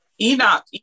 Enoch